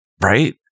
Right